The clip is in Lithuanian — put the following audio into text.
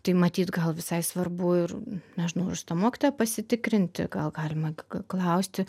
tai matyt gal visai svarbu ir nežinau ir iš to mokytojo pasitikrinti gal galima klausti